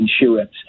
insurance